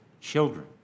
children